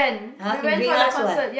uh he bring us what